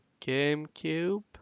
GameCube